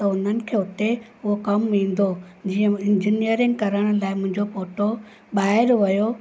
त हुननि खे हुते उहो कमु ईंदो जीअं इंजीनियरिंग करण लाइ मुंहिंजो पोटो ॿाहिरि वियो